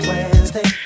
Wednesday